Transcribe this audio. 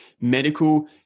medical